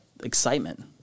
excitement